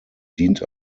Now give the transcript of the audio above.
dient